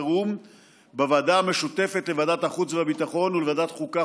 חירום בוועדה המשותפת לוועדת החוץ והביטחון ולוועדת החוקה,